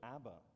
Abba